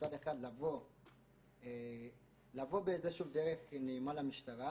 מצד אחד לבוא באיזושהי דרך נאמנה למשטרה